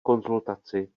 konzultaci